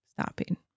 stopping